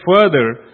further